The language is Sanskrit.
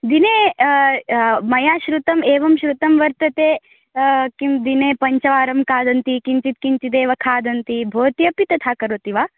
दिने मया श्रुतम् एवं श्रुतं वर्तते किं दिने पञ्चवारं खादन्ति किञ्चित् किञ्चिदेव खादन्ति भवति अपि तथा करोति वा